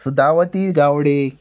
Sudavati Gawade